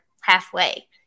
halfway